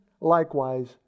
likewise